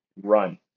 run